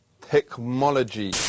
technology